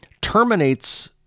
terminates